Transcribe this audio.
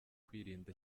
kwirinda